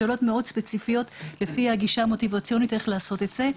שאלות ספציפיות לפי הגישה המוטיבציונית איך לעשות את זה.